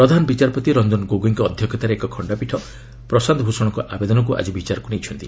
ପ୍ରଧାନ ବିଚାରପତି ରଞ୍ଜନ ଗୋଗୋଇଙ୍କ ଅଧ୍ୟକ୍ଷତାରେ ଏକ ଖଣ୍ଡପୀଠ ପ୍ରଶାନ୍ତ ଭୂଷଣଙ୍କ ଆବେଦନକୁ ଆଜି ବିଚାରକୁ ନେଇଛନ୍ତି